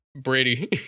Brady